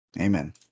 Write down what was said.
Amen